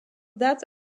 that